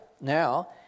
Now